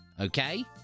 okay